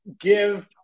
give